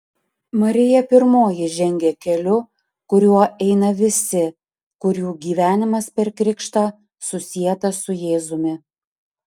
marija pirmoji žengia keliu kuriuo eina visi kurių gyvenimas per krikštą susietas su jėzumi